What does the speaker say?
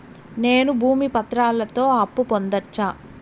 నేను భూమి పత్రాలతో అప్పు పొందొచ్చా?